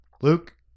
luke